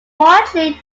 partially